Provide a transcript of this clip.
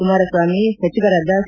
ಕುಮಾರಸ್ವಾಮಿ ಸಚಿವರಾದ ಸಿ